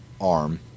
arm